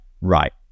right